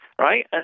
right